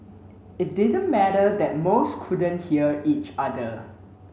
it didn't matter that most couldn't hear each other